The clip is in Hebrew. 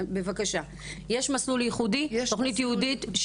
בבקשה, יש מסלול ייחודי, תוכנית ייעודית?